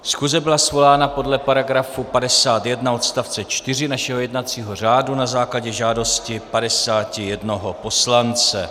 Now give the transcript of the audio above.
Schůze byla svolána podle § 51 odst. 4 našeho jednacího řádu na základě žádosti 51 poslance.